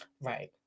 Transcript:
Right